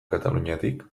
kataluniatik